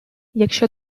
якщо